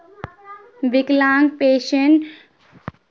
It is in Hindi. विकलांग पेंशन स्वीकृति हेतु क्या पात्रता होनी चाहिये?